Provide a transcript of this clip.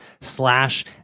slash